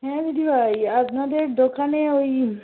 হ্যাঁ দিদিভাই আপনাদের দোকানে ওই